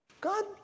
God